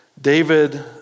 David